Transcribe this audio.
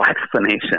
explanation